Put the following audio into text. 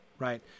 Right